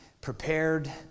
prepared